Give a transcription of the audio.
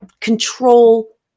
control